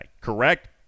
correct